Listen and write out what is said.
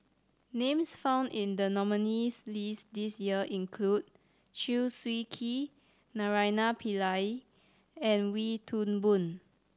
names found in the nominees' list this year include Chew Swee Kee Naraina Pillai and Wee Toon Boon